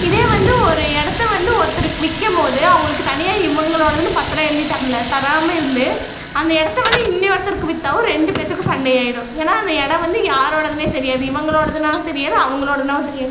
இதே வந்து ஒரு இடத்த வந்து ஒருத்தருக்கு விற்க போது அவங்களுக்கு தனியாக இவங்களோடதுன்னு பத்திரம் எழுதி தரல தராமல் இருந்து அந்த இடத்த வந்து இன்றைய ஒருத்தருக்கு விற்றாவோ ரெண்டு பேர்த்துக்கும் சண்டை ஆகிடும் ஏன்னா அந்த இடம் வந்து யாரோடதுன்னே தெரியாது இவங்களோடதுன்னாவும் தெரியாது அவங்களோடதுன்னாவும் தெரியாது